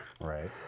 Right